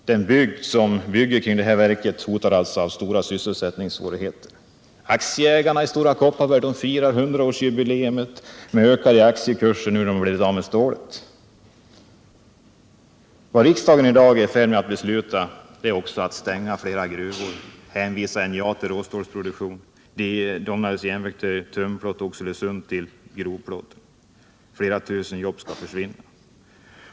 Den bygd som ligger kring verket hotas alltså av stora Torsdagen den sysselsättningssvårigheter. Aktieägarna i Stora Kopparberg firar 100-årsjubi 6 april 1978 leet med ökade aktiekurser nu när de blivit av med stålet. Riksdagen är i dag också i färd med att besluta stänga flera gruvor, hänvisa NJA till råstålsproduktion, Domnarvets Jernverk till tunnplåtsproduktion och Oxelösund till grovplåtsproduktion. Flera tusen jobb skall försvinna.